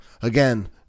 again